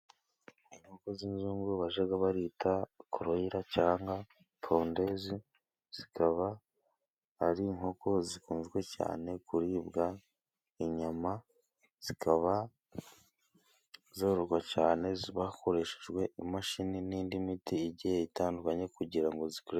Inkoko z'inzungu bajyaga barita koroyira cyangwa pondezi, zikaba ari inkoko zikunzwe cyane kuribwa inyama. Zikaba zororwa cyane bakoresheje imashini n'indi miti igiye itandukanye kugira ngo zikure.